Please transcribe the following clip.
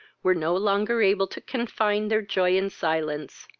were no longer able to confine their joy in silence.